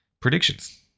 predictions